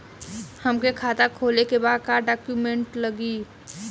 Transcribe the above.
हमके खाता खोले के बा का डॉक्यूमेंट लगी?